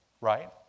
right